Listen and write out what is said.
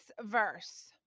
verse